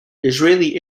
israeli